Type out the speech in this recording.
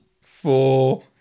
four